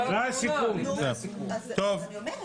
טוב.